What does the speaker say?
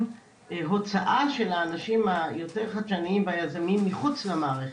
הוצאה של האנשים היותר חדשניים ויזמיים מחוץ למערכת.